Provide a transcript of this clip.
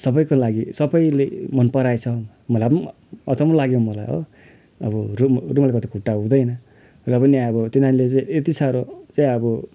सबैको लागि सबैले मनपराएछ मलाई पनि अचम्म लाग्यो मलाई हो अब रुम रुमहरूको त खुट्टा हुँदैन र पनि अब त्यो नानीले चाहिँ यति साह्रो चाहिँ अब